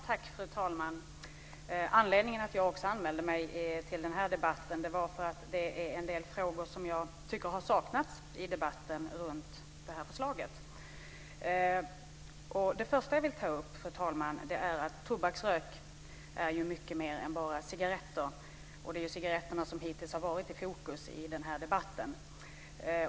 Fru talman! Anledningen till att jag anmälde mig till den här debatten är att det finns en del frågor som jag tycker har saknats i debatten kring det här förslaget. Först och främst gäller tobaksrök mycket mer än bara cigaretter - det är ju cigaretterna som hittills har varit i fokus i debatten.